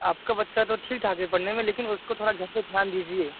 आपका बच्चा तो ठीक ठाक है पढ़ने में लेकिन उसको थोड़ा घर पर ध्यान दीजिए